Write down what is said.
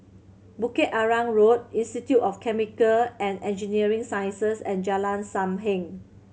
Bukit Arang Road Institute of Chemical and Engineering Sciences and Jalan Sam Heng